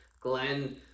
Glenn